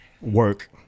work